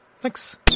Thanks